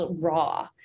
raw